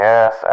Yes